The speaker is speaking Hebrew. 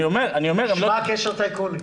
אני אומר --- מה הקשר לטייקונים?